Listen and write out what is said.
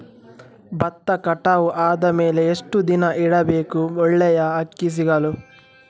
ಭತ್ತ ಕಟಾವು ಆದಮೇಲೆ ಎಷ್ಟು ದಿನ ಇಡಬೇಕು ಒಳ್ಳೆಯ ಅಕ್ಕಿ ಸಿಗಲು?